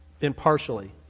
impartially